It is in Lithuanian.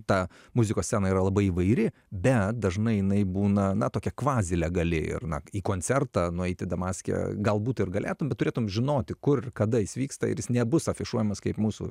ta muzikos scena yra labai įvairi bet dažnai jinai būna na tokia kvazilegali ir na į koncertą nueiti damaske galbūt ir galėtum bet turėtum žinoti kur kada jis vyksta ir jis nebus afišuojamas kaip mūsų